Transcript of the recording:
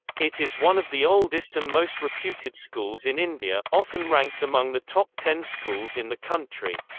it is one of the oldest and most reputed schools in india, often ranked among the top ten schools in the country.